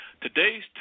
Today's